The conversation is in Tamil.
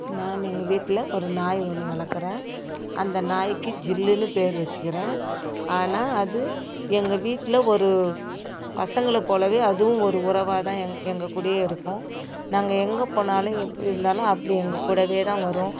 நான் எங்கள் வீட்டில் ஒரு நாய் ஒன்று வளர்க்குறேன் அந்த நாயிக்கு ஜில்லுன்னு பேர் வச்சுக்கிறேன் ஆனால் அது எங்கள் வீட்டில் ஒரு பசங்களை போலவே அதுவும் ஒரு உறவாக தான் எங் எங்கள் கூடயே இருக்கும் நாங்கள் எங்கேப் போனாலும் எப்படி இருந்தாலும் அப்படி எங்கள் கூடவே தான் வரும்